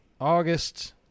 August